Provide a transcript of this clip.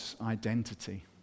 identity